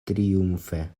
triumfe